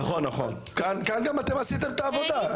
נכון, כאן גם אתם עשיתם את העבודה.